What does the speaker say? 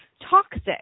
toxic